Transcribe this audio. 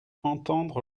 entendre